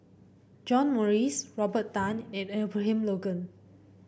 John Morrice Robert Tan and Abraham Logan